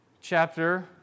chapter